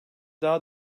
daha